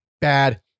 bad